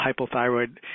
hypothyroid